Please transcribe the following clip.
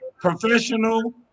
professional